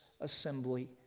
assembly